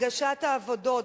הגשת עבודות,